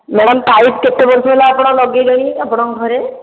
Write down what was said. madam pipe କେତେ ବର୍ଷ ହେଲା ଆପଣ ଲଗେଇଲେଣି ଆପଣଙ୍କ ଘରେ